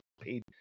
paid